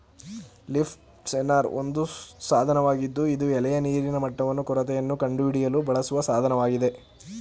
leaf sensor ಒಂದು ಸಾಧನವಾಗಿದ್ದು ಇದು ಎಲೆಯ ನೀರಿನ ಮಟ್ಟವನ್ನು ಕೊರತೆಯನ್ನು ಕಂಡುಹಿಡಿಯಲು ಬಳಸುವ ಸಾಧನವಾಗಿದೆ